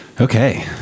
okay